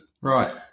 Right